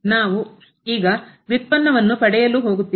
ನಾವು ಈಗ ವ್ಯುತ್ಪನ್ನವನ್ನು ಪಡೆಯಲು ಹೋಗುತ್ತಿಲ್ಲ